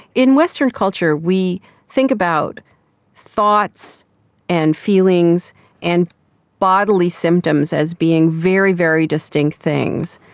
in western culture we think about thoughts and feelings and bodily symptoms as being very, very distinct things.